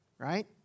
Right